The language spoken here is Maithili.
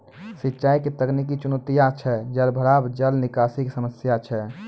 सिंचाई के तकनीकी चुनौतियां छै जलभराव, जल निकासी के समस्या छै